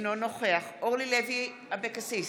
אינו נוכח אורלי לוי אבקסיס,